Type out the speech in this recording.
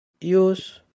use